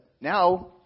now